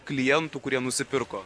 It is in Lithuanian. klientų kurie nusipirko